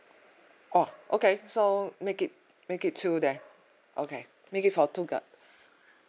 orh okay so make it make it two there okay make it for two gar